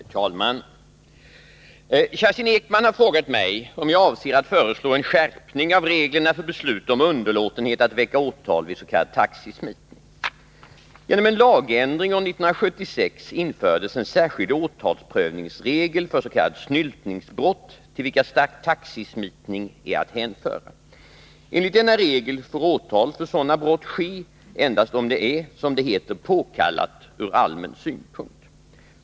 Herr talman! Kerstin Ekman har frågat mig om jag avser att föreslå en skärpning av reglerna för beslut om underlåtenhet att väcka åtal vid s.k. taxismitning. Genom en lagändring år 1976 infördes en särskild åtalsprövningsregel för s.k. snyltningsbrott, till vilka taxismitning är att hänföra. Enligt denna regel får åtal för sådana brott ske endast om det är — som det heter — ”påkallat ur allmän synpunkt”.